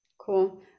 Cool